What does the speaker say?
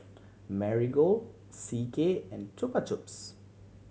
Marigold C K and Chupa Chups